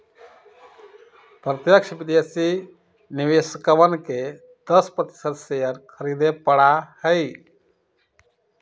प्रत्यक्ष विदेशी निवेशकवन के दस प्रतिशत शेयर खरीदे पड़ा हई